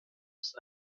ist